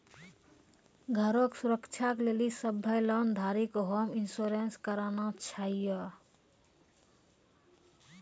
घरो के सुरक्षा के लेली सभ्भे लोन धारी के होम इंश्योरेंस कराना छाहियो